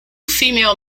female